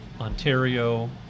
Ontario